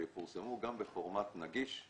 שיפורסמו גם בפורמט נגיש,